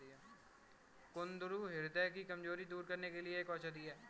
कुंदरू ह्रदय की कमजोरी दूर करने के लिए एक औषधि है